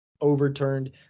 overturned